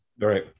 right